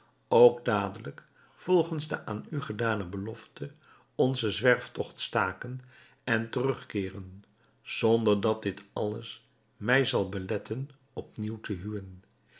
ook dadelijk volgens de aan u gedane belofte onzen zwerftogt staken en terugkeeren zonder dat dit alles mij zal beletten op nieuw te huwen